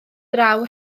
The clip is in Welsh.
draw